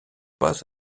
pas